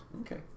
Okay